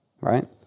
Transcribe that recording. right